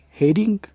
heading